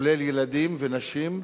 כולל ילדים ונשים,